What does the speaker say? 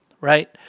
Right